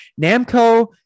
Namco